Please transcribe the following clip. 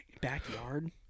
Backyard